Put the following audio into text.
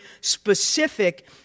specific